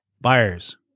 buyers